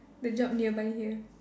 the job nearby here